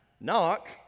Knock